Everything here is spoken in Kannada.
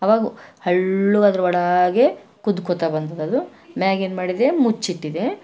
ಆವಾಗೂ ಹರಳು ಅದ್ರೊಳಗೆ ಕುದ್ಕೊತ ಬಂದ್ರದ್ದು ಮ್ಯಾಗೇನು ಮಾಡಿದೆ ಮುಚ್ಚಿಟ್ಟಿದೆ